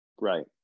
Right